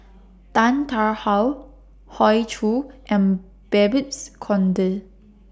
Tan Tarn How Hoey Choo and Babes Conde